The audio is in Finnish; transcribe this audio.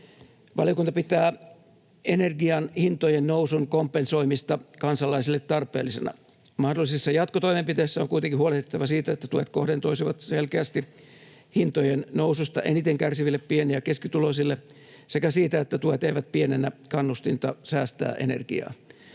Valiokunta pitää energian hintojen nousun kompensoimista kansalaisille tarpeellisena. Mahdollisissa jatkotoimenpiteissä on kuitenkin huolehdittava siitä, että tuet kohdentuisivat selkeästi hintojen noususta eniten kärsiville pieni- ja keskituloisille, sekä siitä, että tuet eivät pienennä kannustinta säästää energiaa.